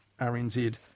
RNZ